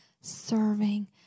serving